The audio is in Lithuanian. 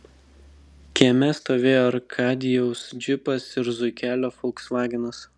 kieme stovėjo arkadijaus džipas ir zuikelio folksvagenas